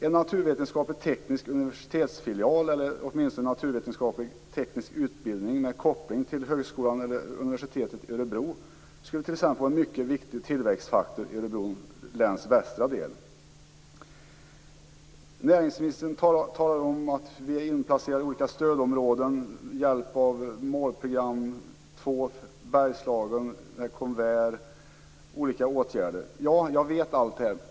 En naturvetenskaplig-teknisk universitetsfilial eller åtminstone en naturvetenskaplig-teknisk utbildning med koppling till universitetet i Örebro skulle t.ex. vara en mycket viktig tillväxtfaktor för Örebro läns västra del. Näringsministern talar om att det görs insatser för olika stödområden med hjälp av strukturfondsprogram för mål 2 Bergslagen och åtgärder inom ramen för Konver, något som också jag känner till.